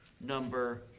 number